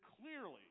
clearly